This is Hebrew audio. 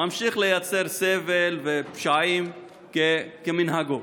ממשיך לייצר סבל ופשעים כמנהגו.